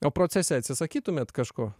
o procese atsisakytumėt kažko